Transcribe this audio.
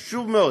זה חשוב מאוד,